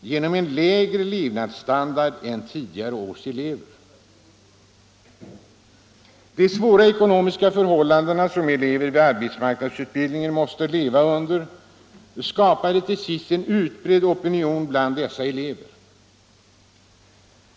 genom en lägre levnadsstandard än tidigare års elever. De svåra ekonomiska förhållanden som elever vid arbetsmarknadsutbildningen måste leva under skapade till sist en utbredd opinion bland dessa elever.